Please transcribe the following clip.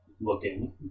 looking